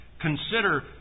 Consider